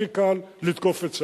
הכי קל לתקוף את צה"ל.